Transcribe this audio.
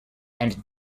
and